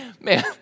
man